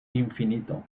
infinito